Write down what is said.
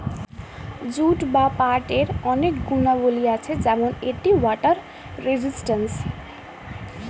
jute বা পাটের অনেক গুণাবলী আছে যেমন এটি ওয়াটার রেজিস্ট্যান্স